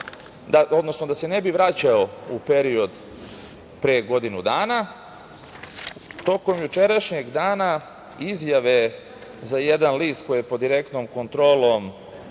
odnosno da se ne bi vraćao u period pre godinu dana, tokom jučerašnjeg dana izjave za jedan list koji je pod direktnom kontrolom